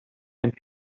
and